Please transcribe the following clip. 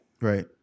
Right